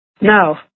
No